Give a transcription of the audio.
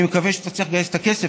אני מקווה שתצליח לגייס את הכסף,